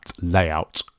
layout